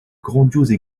grandiose